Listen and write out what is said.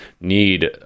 need